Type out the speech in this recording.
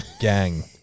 gang